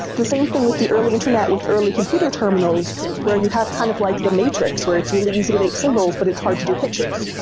the same thing with the early internet, with early computer terminals where you have kind of like the matrix, where it's really easy to make symbols but it's hard to to pictures.